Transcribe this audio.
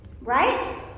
right